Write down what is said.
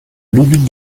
livid